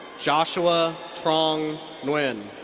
joshua truong nguyen.